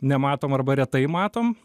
nematom arba retai matom